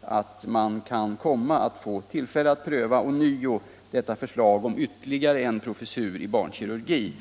att ånyo pröva förslaget om ytterligare en professur i barnkirurgi.